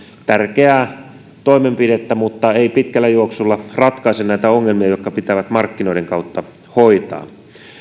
tärkeää toimenpidettä mutta se ei pitkällä juoksulla ratkaise näitä ongelmia jotka pitää markkinoiden kautta hoitaa